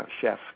chef